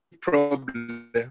problem